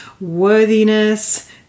worthiness